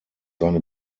seine